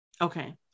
okay